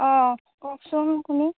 অঁ কওকচোন কোনো